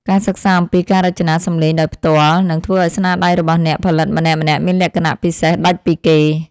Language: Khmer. ការសិក្សាអំពីការរចនាសំឡេងដោយផ្ទាល់នឹងធ្វើឱ្យស្នាដៃរបស់អ្នកផលិតម្នាក់ៗមានលក្ខណៈពិសេសដាច់ពីគេ។